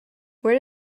where